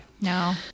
No